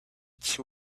two